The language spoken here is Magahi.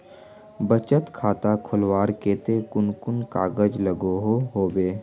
बचत खाता खोलवार केते कुन कुन कागज लागोहो होबे?